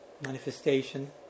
manifestation